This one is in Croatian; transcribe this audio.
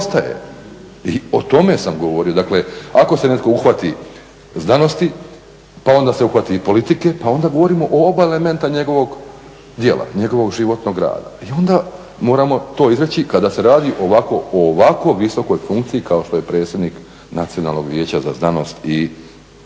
o tome sam govorio. Dakle ako se netko uhvati znanosti pa onda se uhvati i politike pa onda govorimo o oba elementa njihovog djela, njegovog živog rada i onda moramo to izreći kada se radi o ovako visokoj funkciji kao što je predsjednik Nacionalnog vijeća za znanost visoko